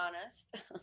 honest